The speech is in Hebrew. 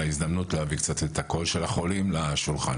ההזדמנות להביא קצת את הקול של החולים לשולחן.